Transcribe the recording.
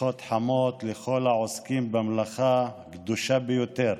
ברכות חמות, לכל העוסקים במלאכה הקדושה ביותר,